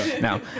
now